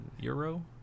euro